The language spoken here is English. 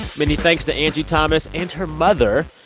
many thanks to angie thomas and her mother.